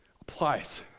applies